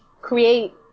create